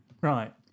Right